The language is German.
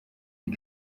die